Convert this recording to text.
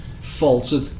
faltered